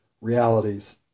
realities